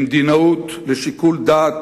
למדינאות, לשיקול דעת,